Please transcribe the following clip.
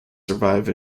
survive